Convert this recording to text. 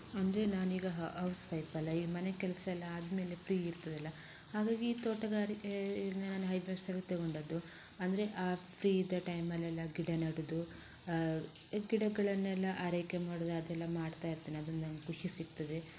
ಅಂದರೆ ನಾನೀಗ ಹೌಸ್ವೈಫ್ ಅಲ್ವ ಈ ಮನೆಕೆಲಸ ಎಲ್ಲ ಆದಮೇಲೆ ಫ್ರೀ ಇರ್ತದಲ್ಲ ಹಾಗಾಗಿ ಈ ತೋಟಗಾರಿಕೆ ನಾನು ಹವ್ಯಾಸವಾಗಿ ತೊಗೊಂಡದ್ದು ಅಂದರೆ ಆ ಫ್ರೀ ಇದ್ದ ಟೈಮಲ್ಲೆಲ್ಲ ಗಿಡ ನೆಡುವುದು ಗಿಡಗಳನ್ನೆಲ್ಲ ಆರೈಕೆ ಮಾಡುವುದು ಅದೆಲ್ಲ ಮಾಡ್ತಾ ಇರ್ತೇನೆ ಅದು ನನಗೆ ಖುಷಿ ಸಿಗ್ತದೆ